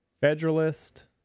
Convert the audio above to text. Federalist